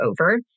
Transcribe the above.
over